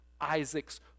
Isaac's